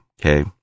Okay